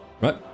Right